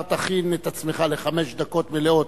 תכין את עצמך לחמש דקות מלאות.